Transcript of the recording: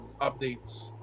updates